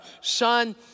son